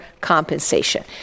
compensation